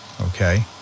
okay